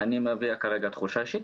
אני מביע כרגע תחושה אישית.